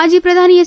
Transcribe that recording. ಮಾಜಿ ಪ್ರಧಾನಿ ಎಚ್